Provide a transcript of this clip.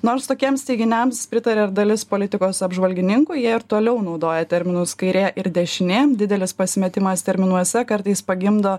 nors tokiems teiginiams pritaria ir dalis politikos apžvalgininkų jie ir toliau naudoja terminus kairė ir dešinė didelis pasimetimas terminuose kartais pagimdo